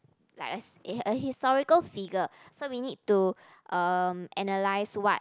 like a a historical figure so we need to um analyze what